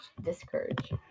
discourage